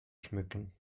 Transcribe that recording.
schmücken